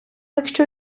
якщо